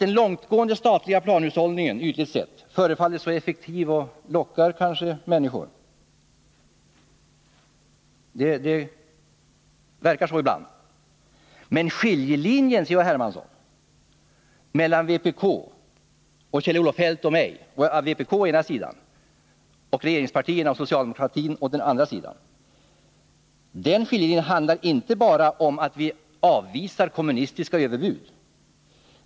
Den långtgående statliga planhushållningen kan ibland ytligt sätt förefalla effektiv och lockar kanske människor. Men skiljelinjen, C.-H. Hermansson, mellan vpk å ena sidan och regeringspartierna och socialdemokratin å andra sidan innebär inte bara att vi avvisar kommunistiska överbud.